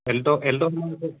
Alto Alto